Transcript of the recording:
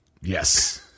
Yes